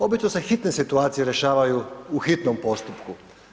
Obično se hitne situacije rješavaju u hitnom postupku.